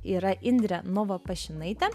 yra indrė novopašinaitė